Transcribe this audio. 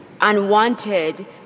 unwanted